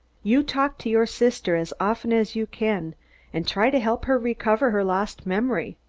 you talk to your sister as often as you can and try to help her recover her lost memory.